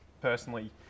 Personally